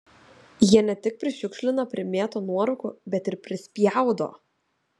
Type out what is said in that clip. jie ne tik prišiukšlina primėto nuorūkų bet ir prispjaudo